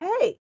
hey